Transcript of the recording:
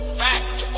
fact